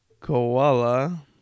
koala